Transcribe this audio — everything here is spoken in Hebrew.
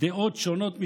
דעות שונות משלהם,